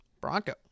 Bronco